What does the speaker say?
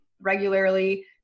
regularly